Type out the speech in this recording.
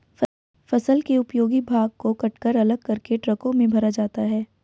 फसल के उपयोगी भाग को कटकर अलग करके ट्रकों में भरा जाता है